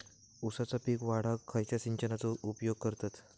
ऊसाचा पीक वाढाक खयच्या सिंचनाचो उपयोग करतत?